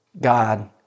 God